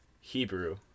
Hebrew